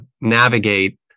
navigate